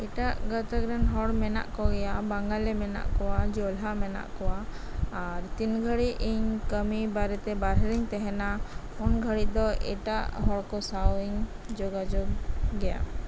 ᱮᱴᱟᱜ ᱜᱟᱛᱟᱠ ᱨᱮᱱ ᱦᱚᱲ ᱢᱮᱱᱟᱜ ᱠᱚᱜᱮᱭᱟ ᱵᱟᱜᱟᱞᱤ ᱢᱮᱱᱟᱜ ᱠᱚᱣᱟ ᱡᱚᱞᱦᱟ ᱢᱮᱱᱟᱜ ᱠᱚᱣᱟ ᱟᱨ ᱛᱤᱱ ᱜᱷᱟᱹᱲᱤᱡ ᱠᱟᱹᱢᱤ ᱵᱟᱨᱮᱛᱮ ᱵᱟᱨᱦᱮ ᱨᱤᱧ ᱛᱟᱸᱦᱮᱱᱟ ᱩᱱᱜᱷᱟᱹᱲᱤᱡ ᱫᱚ ᱮᱴᱟᱜ ᱦᱚᱲ ᱠᱚ ᱥᱟᱶ ᱵᱟᱹᱧ ᱡᱚᱜᱟᱡᱳᱡᱜ ᱜᱮᱭᱟ